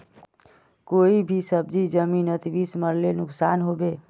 कोई भी सब्जी जमिनोत बीस मरले नुकसान होबे?